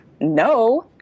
no